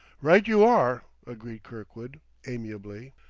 right you are, agreed kirkwood amiably,